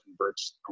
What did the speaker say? converts